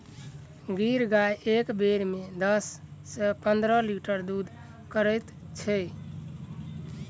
गिर गाय एक बेर मे दस सॅ पंद्रह लीटर दूध करैत छै